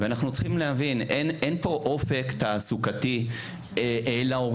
אנחנו צריכים להבין, אין פה אופק תעסוקתי להורים.